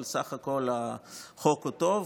אבל בסך הכול החוק הוא טוב,